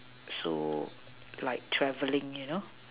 so like travelling you know